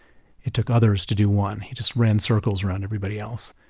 it took others to do one. he just ran circles around everybody else.